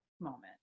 moment